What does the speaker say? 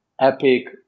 Epic